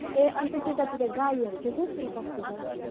ए अनि त त्यतातिर गाडीहरू चाहिँ कस्तो कस्तो छ हौ